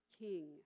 king